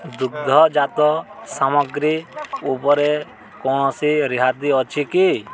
ଦୁଗ୍ଧଜାତ ସାମଗ୍ରୀ ଉପରେ କୌଣସି ରିହାତି ଅଛି କି